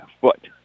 foot